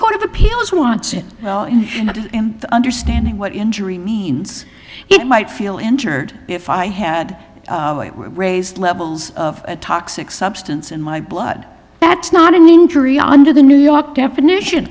court of appeals wants it and understanding what injury means it might feel injured if i had raised levels of a toxic substance in my blood that's not an injury under the new york definition